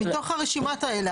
מתוך הרשימות האלה.